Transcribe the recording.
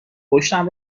پشتم